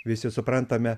visi suprantame